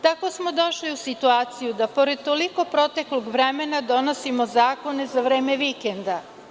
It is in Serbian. Tako smo došli u situaciju da pored toliko proteklog vremena donosimo zakone za vreme vikenda.